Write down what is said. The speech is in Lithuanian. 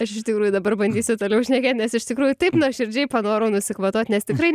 aš iš tikrųjų dabar bandysiu toliau šnekėt nes iš tikrųjų taip nuoširdžiai panorau nusikvatot nes tikrai